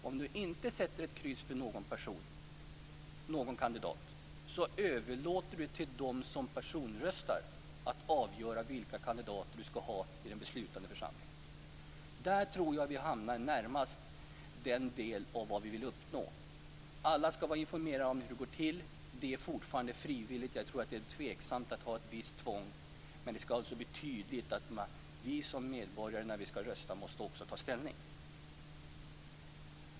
Om man inte sätter ett kryss för någon kandidat överlåter man till dem som personröstar att avgöra vilka kandidater som skall sitta i den beslutande församlingen. Där tror jag att vi hamnar närmast det som vi vill uppnå. Alla skall vara informerade om hur det går till. Det är fortfarande frivilligt - jag tror att det är tveksamt att ha ett visst tvång. Det skall alltså bli tydligt att vi som medborgare måste ta ställning när vi skall rösta.